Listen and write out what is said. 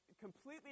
completely